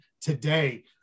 today